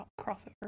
crossover